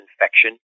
infection